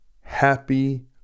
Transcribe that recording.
Happy